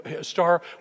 star